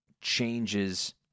changes